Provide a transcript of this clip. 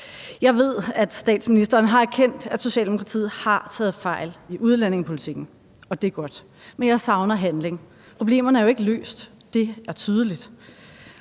Jeg ved, at statsministeren har erkendt, at Socialdemokratiet har taget fejl i udlændingepolitikken, og det er godt, men jeg savner handling. Problemerne er jo ikke løst; det er tydeligt.